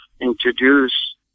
introduce